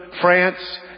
France